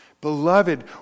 Beloved